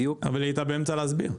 בדיוק -- אבל היא הייתה באמצע להסביר.